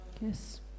Yes